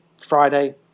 Friday